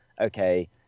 okay